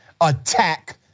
attack